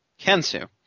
Kensu